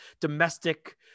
domestic